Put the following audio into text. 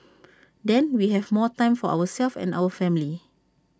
then we have more time for ourselves and our family